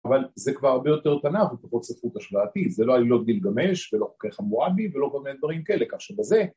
‫אבל זה כבר הרבה יותר תנ"ך, פחות ספרות השוואתית. ‫זה לא עלילות גלגמש ולא חוקי חמורבי ‫ולא כל מיני דברים כאלה. ‫כך שבזה...